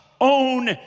own